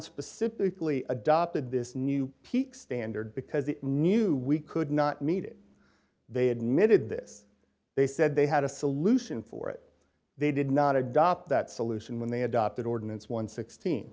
specifically adopted this new peak standard because they knew we could not meet it they admitted this they said they had a solution for it they did not adopt that solution when they adopted ordinance one